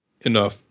Enough